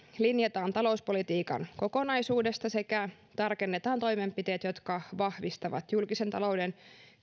linjataan talouspolitiikan kokonaisuudesta sekä tarkennetaan toimenpiteet jotka vahvistavat julkisen talouden